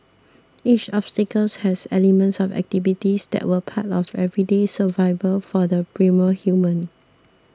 each obstacle has elements of activities that were part of everyday survival for the primal human